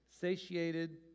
satiated